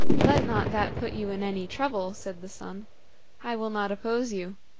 let not that put you in any trouble, said the son i will not oppose you.